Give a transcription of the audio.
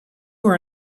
were